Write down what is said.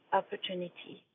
opportunity